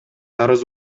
арыз